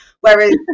whereas